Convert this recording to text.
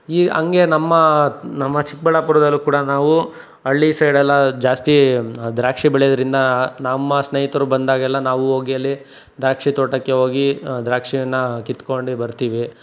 ಈ ಹಾಗೆ ನಮ್ಮ ನಮ್ಮ ಚಿಕ್ಕಬಳ್ಳಾಪುರದಲ್ಲೂ ಕೂಡ ನಾವು ಹಳ್ಳಿ ಸೈಡೆಲ್ಲ ಜಾಸ್ತಿ ದ್ರಾಕ್ಷಿ ಬೆಳೆಯೋದ್ರಿಂದ ನಮ್ಮ ಸ್ನೇಹಿತರು ಬಂದಾಗೆಲ್ಲ ನಾವು ಹೋಗಿ ಅಲ್ಲಿ ದ್ರಾಕ್ಷಿ ತೋಟಕ್ಕೆ ಹೋಗಿ ದ್ರಾಕ್ಷಿಯನ್ನು ಕಿತ್ಕೊಂಡು ಬರ್ತೀವಿ